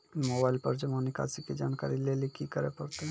Mobile पर जमा निकासी के जानकरी लेली की करे परतै?